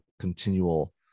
continual